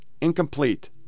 incomplete